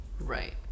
Right